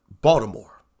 Baltimore